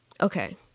Okay